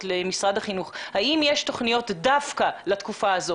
את משרד החינוך האם יש תוכניות דווקא לתקופה הזאת